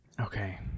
Okay